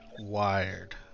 wired